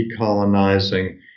decolonizing